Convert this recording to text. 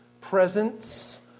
presence